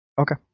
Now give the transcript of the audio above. Okay